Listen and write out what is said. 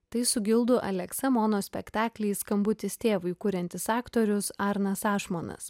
tai su gildu aleksa monospektaklį skambutis tėvui kuriantis aktorius arnas ašmonas